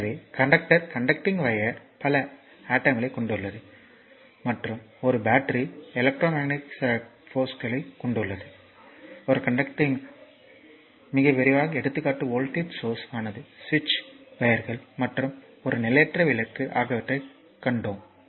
எனவே conductor conducting wire பல அடோம்களைக் கொண்டுள்ளது மற்றும் ஒரு பேட்டரி எலக்ட்ரோமெட்ரிக் சக்தியின் சோர்ஸ் ஆகும் ஒரு கன்டக்டிங் வையர் ஒரு பேட்டரியுடன் இணைக்கப்படும்போது மிக விரைவான எடுத்துக்காட்டு வோல்டேஜ் சோர்ஸ் ஆனது சுவிட்ச் வையர்கள் மற்றும் ஒரு நிலையற்ற விளக்கு ஆகியவற்றைக் காண்போம்